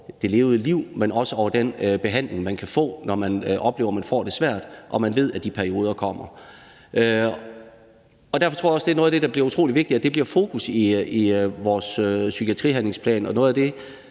det levede liv, men også over den behandling, man kan få, når man oplever, at man får det svært, og man ved, at de perioder kommer. Derfor tror jeg også, at det er noget af det, der bliver utrolig vigtigt bliver fokus i vores psykiatrihandlingsplan, og noget af det,